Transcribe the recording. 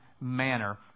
manner